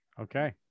Okay